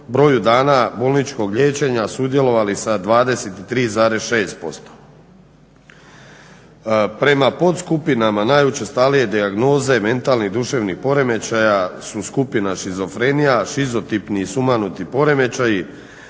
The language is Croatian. broju dana bolničkog liječenja sudjelovali sa 23,6%. Prema podskupinama najučestalije dijagnoze mentalnih i duševnih poremećaja su skupina šizofrenija, šizotipni i sumanuti poremećaj,